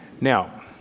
Now